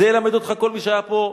את זה ילמד אותך כל מי שהיה פה,